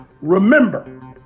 Remember